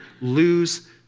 lose